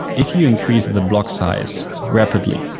if you increase the block size rapidly,